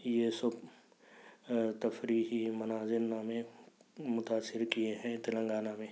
یہ سب تفریحی مناظر نامے متاثر کئے ہیں تلنگانہ میں